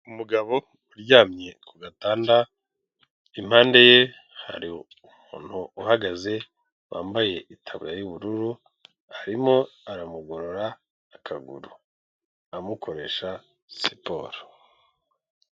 Umugabo uryamye ku gatanda impande ye hari umuntu uhagaze wambaye itaba y'ubururu arimo aramugorora akaguru amukoresha siporo.